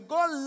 God